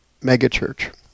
megachurch